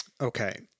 okay